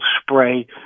spray